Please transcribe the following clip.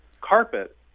carpet